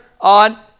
on